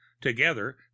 Together